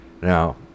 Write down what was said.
Now